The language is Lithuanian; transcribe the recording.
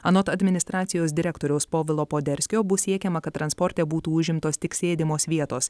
anot administracijos direktoriaus povilo poderskio bus siekiama kad transporte būtų užimtos tik sėdimos vietos